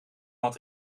had